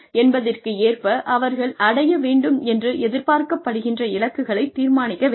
என்பதற்கேற்ப அவர்கள் அடைய வேண்டும் என்று எதிர்பார்க்கப்படுகின்ற இலக்குகளைத் தீர்மானிக்க வேண்டும்